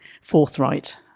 forthright